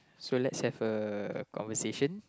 so let's have a conversation